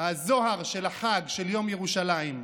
הזוהר של החג, של יום ירושלים,